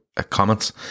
comments